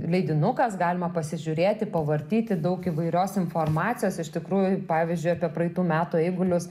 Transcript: leidinukas galima pasižiūrėti pavartyti daug įvairios informacijos iš tikrųjų pavyzdžiui apie praeitų metų eigulius